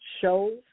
shows